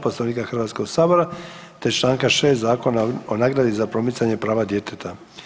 Poslovnika Hrvatskog sabora, te članka 6. Zakona o nagradi za promicanje prava djeteta.